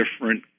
different